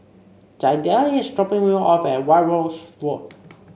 Jadiel is dropping me off at White House Road